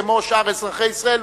כמו שאר אזרחי ישראל,